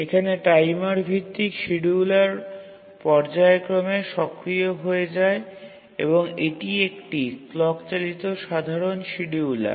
এখানে টাইমার ভিত্তিক শিডিয়ুলার পর্যায়ক্রমে সক্রিয় হয়ে যায় এবং এটি একটি ক্লক চালিত সাধারণ শিডিয়ুলার